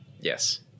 Yes